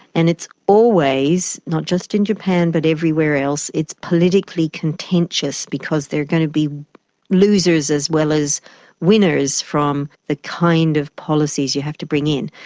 and it's always, not just in japan but everywhere else, it's politically contentious because there are going to be losers as well as winners from the kind of policies you have to bring in.